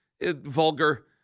vulgar